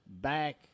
back